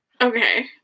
Okay